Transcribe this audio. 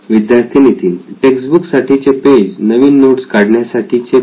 विद्यार्थी Nitin text book साठी चे पेज नवीन नोट्स काढण्यासाठी चे पेज